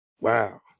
Wow